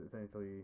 essentially